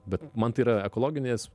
bet man tai yra ekologinės